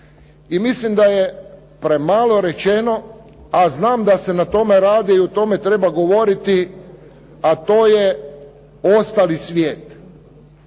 I mislim da je premalo rečeno, a znam da se na tome radi i o tome treba govoriti, a to je ostali svijet.